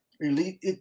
elite